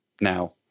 now